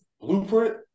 blueprint